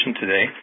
today